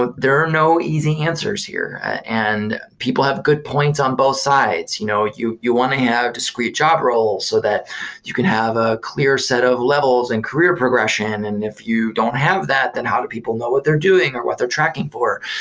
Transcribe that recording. but there are no easy answers here and people have good points on both sides. you know you you want to have discreet job roles so that you can have a clear set of levels and career progression. and and if you don't have that, then how do people know what they're doing or what they're tracking for?